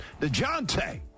DeJounte